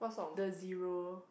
the zero